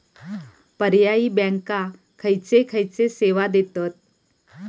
पर्यायी बँका खयचे खयचे सेवा देतत?